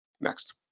Next